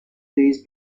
days